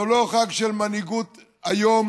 זה לא חג של מנהיגות היום,